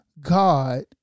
God